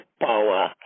power